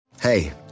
Hey